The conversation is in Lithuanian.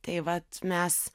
tai vat mes